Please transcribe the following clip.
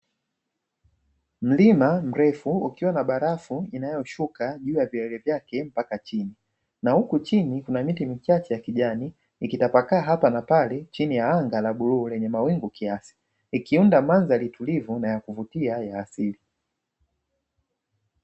Mlima mrefu ukiwa na barafu inayoshuka juu ya vilele vyake mpaka chini, na huku chini kuna miti michache ya kijani ikitapakaa hapa na pale chini ya anga la bluu lenye mawingu kiasi likiunda mandhari tulivu na ya kuvutia ya asili.